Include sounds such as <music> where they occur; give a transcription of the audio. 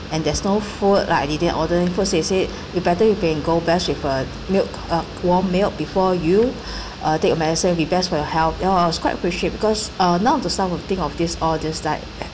and there's no food like I didn't order any food they said you better you can go best with uh milk uh warm milk before you <breath> uh take your medicine it'd be best for your health then I was quite appreciate because uh none of the staff will think of this all this like